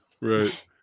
right